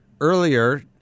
earlier